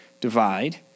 divide